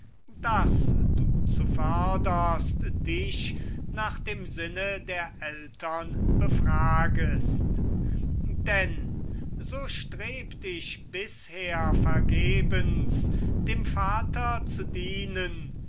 daß du zuvörderst dich nach dem sinne der eltern befragest denn so strebt ich bisher vergebens dem vater zu dienen